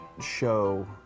show